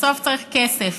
בסוף צריך כסף,